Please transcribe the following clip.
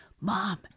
Mom